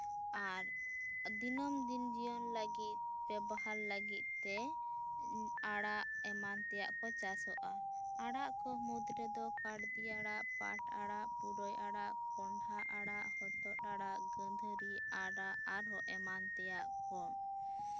ᱟᱨ ᱫᱤᱱᱟᱹᱢ ᱫᱤᱱ ᱡᱤᱭᱚᱱ ᱞᱟᱹᱜᱤᱫ ᱵᱮᱵᱚᱦᱟᱨ ᱞᱟᱹᱜᱤᱫ ᱛᱮ ᱟᱲᱟᱜ ᱮᱢᱟᱱ ᱛᱮᱭᱟᱜ ᱠᱚ ᱪᱟᱥᱚᱜᱼᱟ ᱟᱲᱟᱜ ᱠᱚ ᱢᱩᱫ ᱨᱮᱫᱚ ᱠᱟᱲᱫᱤ ᱟᱲᱟᱜ ᱯᱟᱴ ᱟᱲᱟᱜ ᱯᱩᱨᱟᱹᱭ ᱟᱲᱟᱜ ᱠᱚᱸᱰᱷᱟ ᱟᱲᱟᱜ ᱦᱚᱛᱚᱛ ᱟᱲᱟᱜ ᱜᱟᱺᱫᱷᱟᱹᱨᱤ ᱟᱲᱟᱜ ᱟᱨᱦᱚᱸ ᱮᱢᱟᱱ ᱛᱮᱭᱟᱜ ᱠᱚ